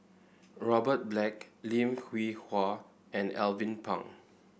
Robert Black Lim Hwee Hua and Alvin Pang